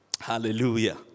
Hallelujah